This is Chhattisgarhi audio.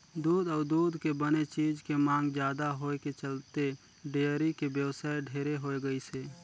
दूद अउ दूद के बने चीज के मांग जादा होए के चलते डेयरी के बेवसाय ढेरे होय गइसे